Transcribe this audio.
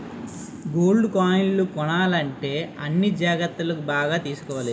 gold కాయిన్లు కొనాలంటే అన్ని జాగ్రత్తలు బాగా తీసుకోవాలి